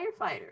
firefighter